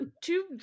two